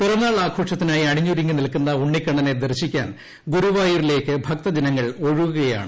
പിറന്നാൾ ആഘോഷത്തിനായി അണിഞ്ഞൊരുങ്ങി നിൽക്കുന്ന ഉണ്ണിക്കണ്ണനെ ദർശിക്കാൻ ഗുരുവായൂരിലേക്ക് ഭക്തജനങ്ങൾ ഒഴുകുകയാണ്